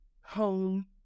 home